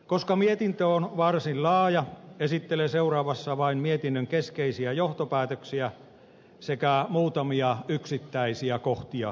koska mietintö on varsin laaja esittelen seuraavassa vain mietinnön keskeisiä johtopäätöksiä sekä muutamia yksittäisiä kohtia mietinnöstä